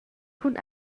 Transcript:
cun